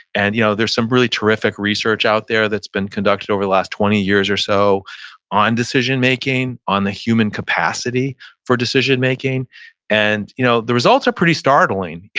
and you know there's some really terrific research out there that's been conducted over the last twenty years or so on decision making, on the human capacity for decision making and you know the results results are pretty startling,